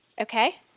Okay